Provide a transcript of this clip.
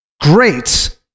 great